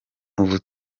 ubu